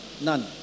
None